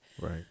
Right